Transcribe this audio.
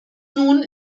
nun